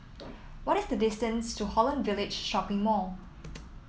what is the distance to Holland Village Shopping Mall